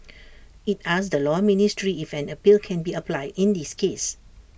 IT asked the law ministry if an appeal can be applied in this case